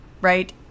right